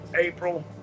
April